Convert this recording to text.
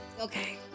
Okay